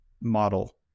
model